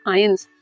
ions